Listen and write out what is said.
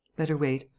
better wait.